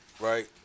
Right